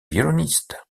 violoniste